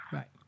Right